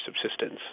subsistence